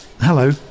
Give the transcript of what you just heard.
Hello